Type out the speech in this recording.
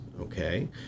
okay